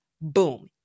Boom